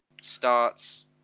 starts